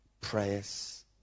prayers